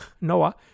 Noah